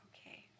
Okay